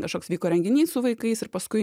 kažkoks vyko renginys su vaikais ir paskui